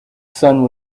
sun